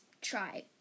try